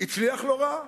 הצליח לו לא רע.